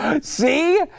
See